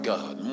God